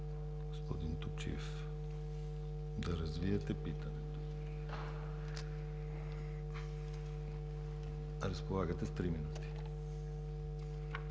господин Топчиев, да развиете питането си. Разполагате с три минути.